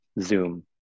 Zoom